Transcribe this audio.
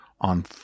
on